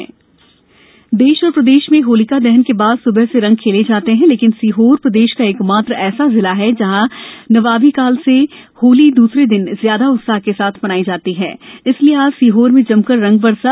नबाबी होली देश और प्रदेश में होलिका दहन के बाद स्बह से रंग खेले जाते हैं लेकिन सीहोर प्रदेश का एकमात्र ऐसा जिला है जहां नबाबी काल से होली दूसरे दिन ज्यादा उत्साह के साथ मनाई जाती है इसलिए आज सीहोर में जमकर रंग बरसा